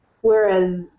whereas